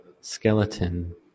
skeleton